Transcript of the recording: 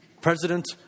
President